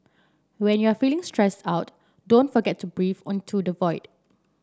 when you are feeling stressed out don't forget to breathe in to the void